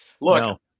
Look